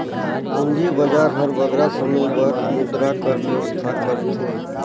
पूंजी बजार हर बगरा समे बर मुद्रा कर बेवस्था करथे